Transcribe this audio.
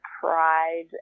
pride